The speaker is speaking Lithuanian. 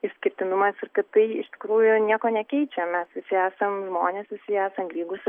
išskirtinumas ir kad tai iš tikrųjų nieko nekeičia mes visi esam žmonės visi esam lygūs